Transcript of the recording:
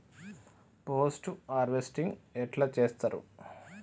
Post harvesting ఎట్ల చేత్తరు?